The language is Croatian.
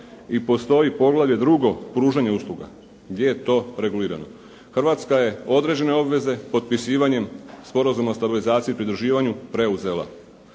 I postoji poglavlje 2. Pružanje usluga gdje je to regulirano. Hrvatska je određene obveze potpisivanjem Sporazuma o stabilizaciji i pridruživanju preuzela.